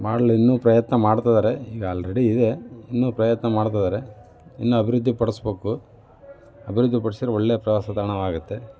ಮಾಡಲು ಇನ್ನೂ ಪ್ರಯತ್ನ ಮಾಡ್ತಿದ್ದಾರೆ ಈಗ ಅಲ್ರೇಡಿ ಇದೆ ಇನ್ನೂ ಪ್ರಯತ್ನ ಮಾಡ್ತಿದ್ದಾರೆ ಇನ್ನೂ ಅಭಿವೃದ್ಧಿ ಪಡಿಸಬೇಕು ಅಭಿವೃದ್ಧಿ ಪಡಿಸಿದರೆ ಒಳ್ಳೆ ಪ್ರವಾಸ ತಾಣವಾಗುತ್ತೆ